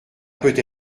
peut